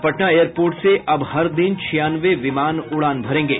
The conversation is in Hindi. और पटना एयर पोर्ट से अब हर दिन छियानवे विमान उड़ान भरेंगे